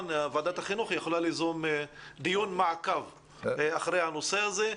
ועדת החינוך יכולה ליזום דיון מעקב אחר הנושא הזה.